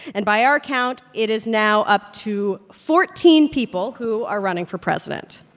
and by our count it is now up to fourteen people who are running for president.